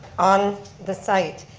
on the site.